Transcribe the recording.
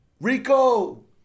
Rico